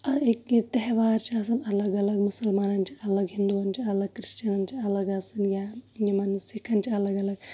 أکیاہ تیٚہوار چھِ آسان الگ الگ مُسلمانن چھِ الگ ہِندوٗون چھِ الگ کرسچنن چھِ الگ آسان یا یِمن سِکھن چھِ الگ آسان